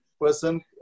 person